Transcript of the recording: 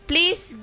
Please